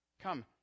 Come